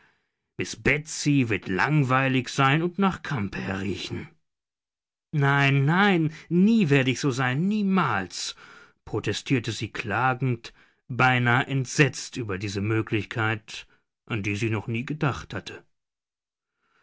miß betsy wird langweilig sein und nach kampher riechen nein nein nie werde ich so sein niemals protestierte sie klagend beinahe entsetzt über diese möglichkeit an die sie noch nie gedacht hatte